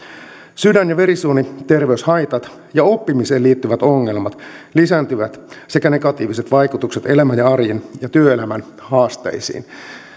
sydän ja verisuoniterveyshaitat ja oppimiseen liittyvät ongelmat sekä negatiiviset vaikutukset elämän ja arjen ja työelämän haasteisiin lisääntyvät